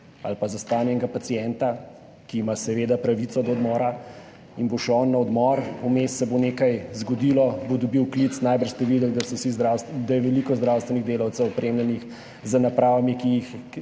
ali pa za stanje enega pacienta, ki ima seveda pravico do odmora in bo šel na odmor, vmes se bo nekaj zgodilo, dobil bo klic, najbrž ste videli, da je veliko zdravstvenih delavcev opremljenih z napravami, da so